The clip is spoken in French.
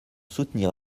soutenir